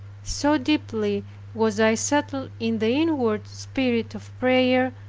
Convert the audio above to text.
so deeply was i settled in the inward spirit of prayer,